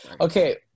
Okay